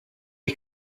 est